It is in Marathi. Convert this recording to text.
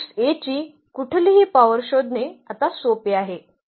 मॅट्रिक्स A ची कुठलीही पॉवर शोधणे आता सोपे आहे